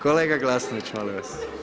Kolega Glasnović, molim vas.